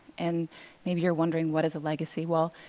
and maybe you're wondering what is a legacy. well,